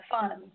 funds